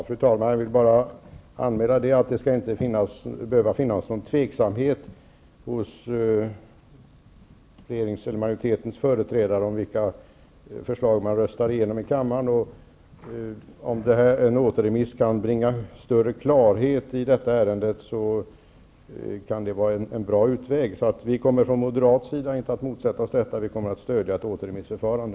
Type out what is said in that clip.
Fru talman! Jag vill bara anmäla att det inte skall behöva finnas någon tveksamhet hos majoritetens företrädare om vilka förslag man röstar igenom i kammaren. Om en återremiss kan bringa större klarhet i detta ärende kan det vara en bra utväg. Vi kommer från moderat sida inte att motsätta oss detta. Vi kommer att stödja ett återemissförfarande.